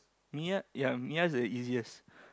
Miya ya Miya is the easiest